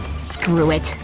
screw it,